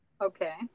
Okay